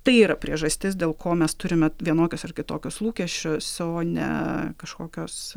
tai yra priežastis dėl ko mes turime vienokius ar kitokius lūkesčių o ne kažkokios